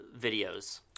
videos